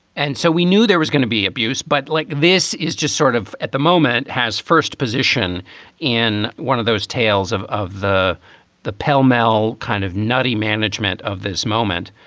and so we knew there was going to be abuse. but like this is just sort of at the moment, has first position in one of those tales of of the the pell mell kind of nutty management of this moment.